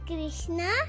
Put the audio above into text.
Krishna